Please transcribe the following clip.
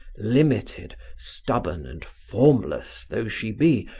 limited, stubborn and formless though she be,